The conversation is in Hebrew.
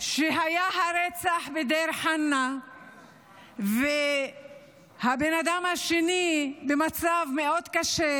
שהיה הרצח בדיר חנא והבן אדם השני במצב מאוד קשה,